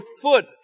foot